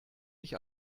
ich